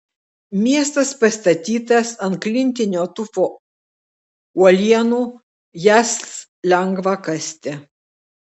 miestas pastatytas ant klintinio tufo uolienų jas lengva kasti